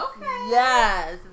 Yes